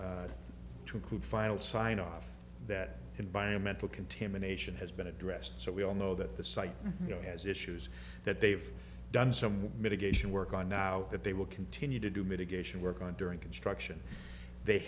to include final sign off that environmental contamination has been addressed so we all know that the site you know has issues that they've done some mitigation work on now that they will continue to do mitigation work on during construction they